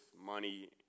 money